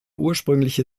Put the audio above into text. ursprüngliche